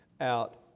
out